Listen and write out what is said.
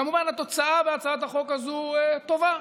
כמובן התוצאה בהצעת החוק הזאת טובה: